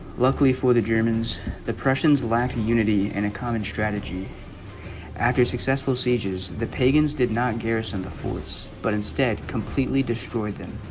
luckily for the germans the prussians latin unity and a common strategy after successful sieges the pagans did not garrison the force but instead completely destroyed them